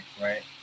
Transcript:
right